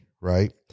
right